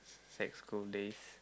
sec school days